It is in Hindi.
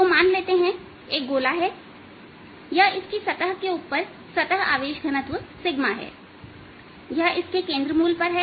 तो मान लेते हैं कि एक गोला है यह इसकी सतह के ऊपर एक सतह आवेश घनत्व है यह इसके केंद्र मूल पर है